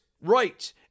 right